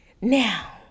Now